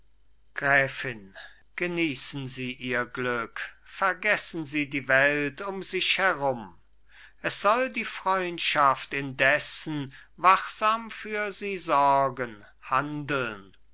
gräfin genießen sie ihr glück vergessen sie die welt um sich herum es soll die freundschaft indessen wachsam für sie sorgen handeln